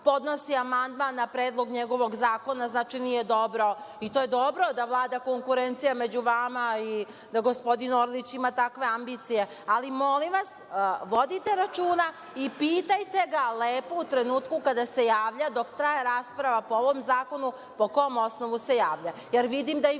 podnosi amandman na Predlog njegovog zakona, znači nije dobro, i to je dobro da vlada konkurencija među vama i da gospodin Orlić ima takve ambicije. Molim vas, vodite računa i pitajte ga lepo u trenutku kada se javlja dok traje rasprava po ovom zakonu po kom osnovu se javlja,